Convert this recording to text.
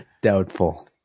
doubtful